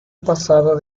pasado